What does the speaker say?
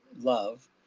love